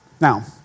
Now